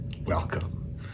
welcome